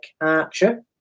archer